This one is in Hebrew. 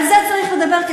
על זה צריך לדבר,